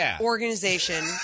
organization